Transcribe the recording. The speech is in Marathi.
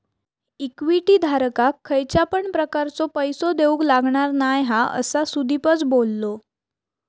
इक्विटी धारकाक खयच्या पण प्रकारचो पैसो देऊक लागणार नाय हा, असा सुदीपच बोललो